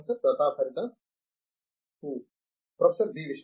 professor Pratap Haridas కు professor B